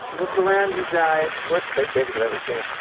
look around, you guys worse fake babies i've ever seen.